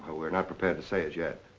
we're not prepared to say it yet.